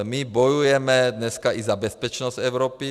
My bojujeme dneska i za bezpečnost Evropy.